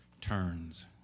turns